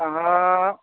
आंहा